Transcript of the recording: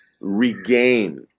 regain